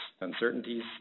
uncertainties